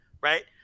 right